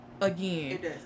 again